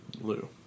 Lou